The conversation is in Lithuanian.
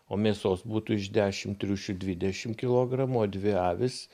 o mėsos būtų iš dešim triušių dvidešimt kilogramų o dvi avys